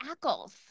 Ackles